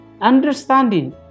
understanding